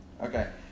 Okay